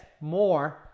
more